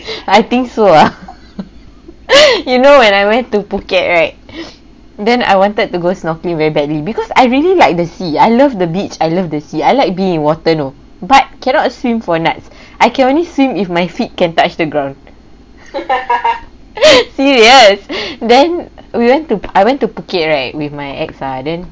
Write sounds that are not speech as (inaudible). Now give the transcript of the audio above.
I think so ah (laughs) you know when I went to phuket right then I wanted to go snorkeling very badly because I really like the sea I love the beach I love the sea I like being in water but cannot swim for nuts I can only swim if my feet can touch the ground (laughs) serious then we went to I went to phuket right with my ex ah then